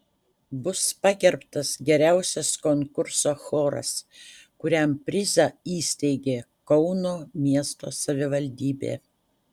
bus pagerbtas geriausias konkurso choras kuriam prizą įsteigė kauno miesto savivaldybė